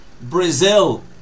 Brazil